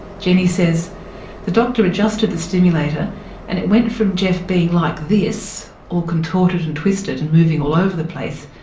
jenny says the doctor adjusted the stimulator and it went from geoff being like this, all contorted and twisted and moving all over the place,